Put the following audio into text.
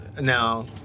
now